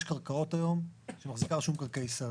יש קרקעות היום שמחזיקה רשות מקרקעי ישראל.